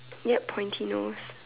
yup pointy nose